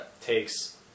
takes